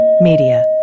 Media